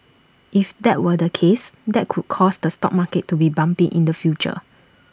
if that were the case that could cause the stock market to be bumpy in the future